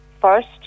first